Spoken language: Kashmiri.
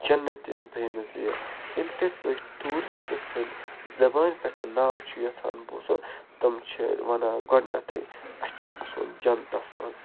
جنتِ بے نظیٖر ییٚلہِ تہِ تُہۍ ٹوٗرِسٹ سٕنٛدۍ زبانہِ پٮ۪ٹھ یہِ ناو چھُ یَژھان بوزُن تٕم چھِ وَنان گۄڈٕنیٮٚتھٕے اَسہِ چھِ گژھُن جَنتَس منٛز